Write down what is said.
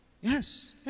Yes